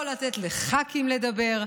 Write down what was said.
לא לתת לח"כים לדבר,